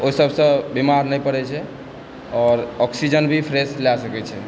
ओइ सबसँ बीमार नहि पड़ै छै आओर ऑक्सीजन भी फ्रेश लए सकै छै